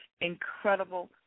incredible